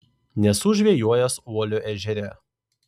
nesu žvejojęs uolio ežere